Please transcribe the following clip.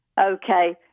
Okay